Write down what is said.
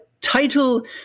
title